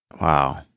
Wow